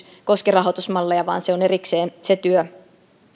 koske rahoitusmalleja vaan se työ on erikseen